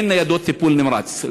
אין ניידות טיפול נמרץ?